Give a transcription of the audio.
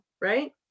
right